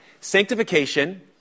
Sanctification